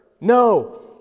no